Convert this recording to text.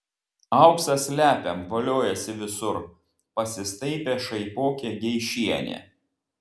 auksą slepiam voliojasi visur pasistaipė šaipokė geišienė